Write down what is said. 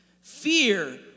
fear